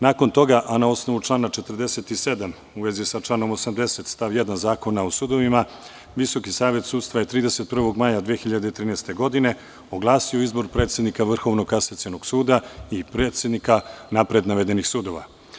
Nakon toga, a na osnovu člana 47. u vezi sa članom 80. stav 1. Zakona o sudovima, Visoki savet sudstva je 31. maja 2013. godine oglasio izbor predsednika Vrhovnog kasacionog suda i predsednika napred navedenih sudova.